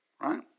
right